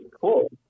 cool